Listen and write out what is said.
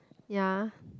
ya